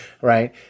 Right